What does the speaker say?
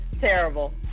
Terrible